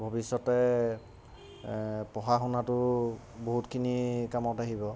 ভৱিষ্যতে পঢ়া শুনাটো বহুতখিনি কামত আহিব